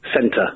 Centre